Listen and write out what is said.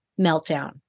meltdown